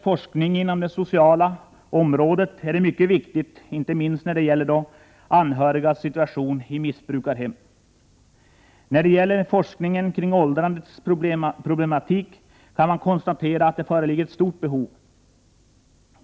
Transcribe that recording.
Forskningen inom det sociala området är mycket viktig, inte minst när det gäller anhörigas situation i missbrukarhem. Man kan konstatera att det föreligger ett stort behov av forskning kring åldrandets problematik.